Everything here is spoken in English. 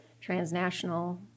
transnational